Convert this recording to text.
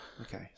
Okay